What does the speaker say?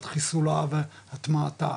עד חיסולה והטמעתה.